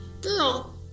Girl